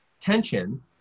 tension